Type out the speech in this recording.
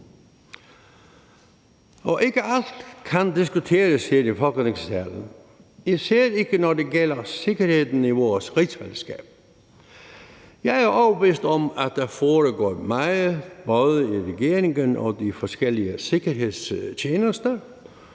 og ikke alt kan diskuteres her i Folketingssalen, især ikke når det gælder sikkerheden i vores rigsfællesskab. Jeg er overbevist om, at der foregår meget både i regeringen og de forskellige sikkerhedstjenester,